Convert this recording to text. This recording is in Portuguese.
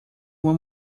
uma